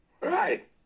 Right